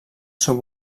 seu